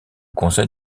conseil